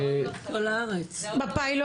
עוד לא החלטתם?